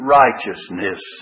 righteousness